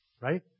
Right